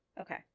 Okay